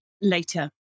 later